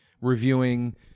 reviewing